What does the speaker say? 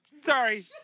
Sorry